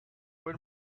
when